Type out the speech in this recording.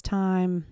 time